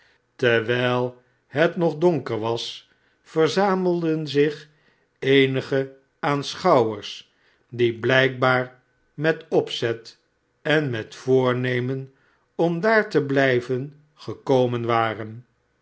terwijl het nog donker was verzamelden zich eenige aanschouwers die blijkbaar met opzet en met voornemen om daar te blijven gekomen waren